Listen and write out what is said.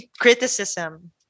criticism